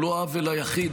הוא לא העוול היחיד.